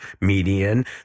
median